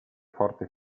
forte